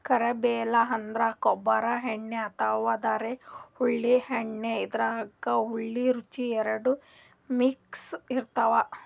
carambola ಅಂದ್ರ ಕಂಬರ್ ಹಣ್ಣ್ ಅಥವಾ ಧಾರೆಹುಳಿ ಹಣ್ಣ್ ಇದ್ರಾಗ್ ಹುಳಿ ರುಚಿ ಎರಡು ಮಿಕ್ಸ್ ಇರ್ತದ್